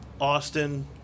Austin